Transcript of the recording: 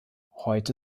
heute